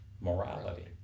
morality